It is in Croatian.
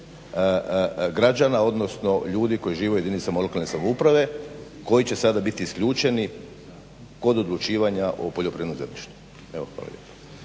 građana, odnosno ljudi koji žive u jedinicama lokalne samouprave, koji će sada biti isključeni kod odlučivanja o poljoprivrednom zemljištu.